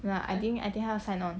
no lah I think I think 他要 sign on